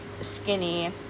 skinny